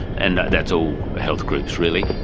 and that's all health groups really.